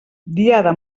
diada